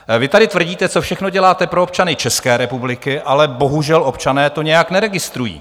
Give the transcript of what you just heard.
Ale vy tady tvrdíte, co všechno děláte pro občany České republiky, ale bohužel občané to nijak neregistrují.